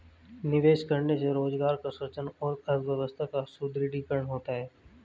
निवेश करने से रोजगार का सृजन और अर्थव्यवस्था का सुदृढ़ीकरण होता है